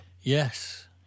Yes